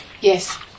Yes